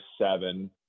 seven